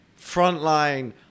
frontline